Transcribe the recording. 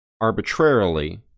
arbitrarily